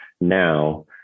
now